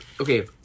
Okay